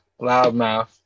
loudmouth